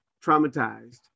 traumatized